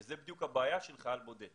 שזו בדיוק הבעיה של חייל בודד.